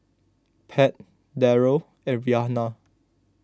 Pat Darrel and Rhianna